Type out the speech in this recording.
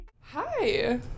Hi